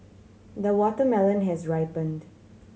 the watermelon has ripened